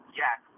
yes